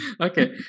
Okay